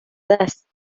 دست